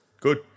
Good